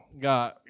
God